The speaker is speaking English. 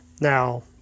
Now